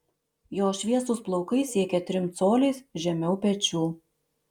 jo šviesūs plaukai siekia trim coliais žemiau pečių